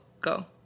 go